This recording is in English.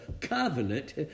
covenant